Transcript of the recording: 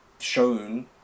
shown